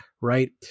right